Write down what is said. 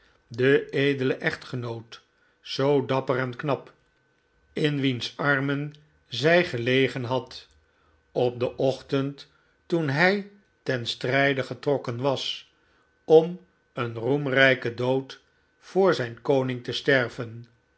den edelen echtgenoot zoo dapper en knap in wiens armen zij gelegen had op den ochtend toen hij ten strijde getrokken was om een roemrijken dood voor zijn koning te sterven